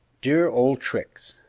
dear old trix!